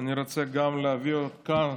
שאני רוצה גם להביא כאן,